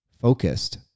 focused